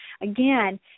Again